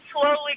slowly